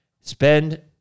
spend